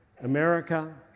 America